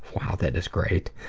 wow, that is great.